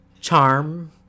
charm